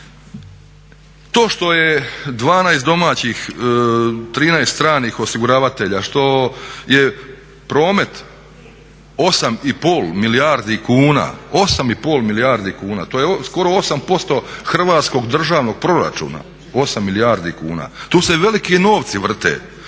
To što je 12 domaćih, 13 stranih osiguravatelja, što je promet 8,5 milijardi kuna, to je skoro 8% Hrvatskog državnog proračuna, 8 milijardi kuna. Tu se veliki novci vrte.